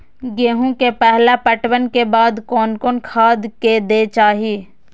गेहूं के पहला पटवन के बाद कोन कौन खाद दे के चाहिए?